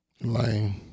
Lame